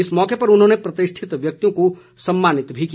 इस मौके पर उन्होंने प्रतिष्ठित व्यक्तियों को सम्मानित भी किया